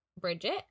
Bridget